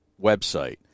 website